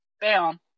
Bam